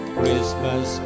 Christmas